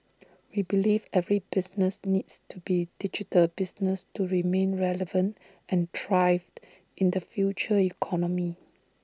we believe every business needs to be digital business to remain relevant and thrived in the future economy